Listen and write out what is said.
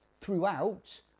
throughout